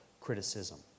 criticism